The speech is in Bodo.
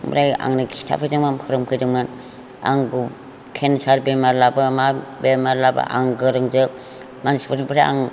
ओमफ्राय आंनो खिथाफैदोंमोन फोरोंफैदोंमोन आंखौ केन्सार बेमार लाब्लाबो मा बेमार लाब्लाबो आं गोरोंजोब मानसिफोरनिफ्राय आं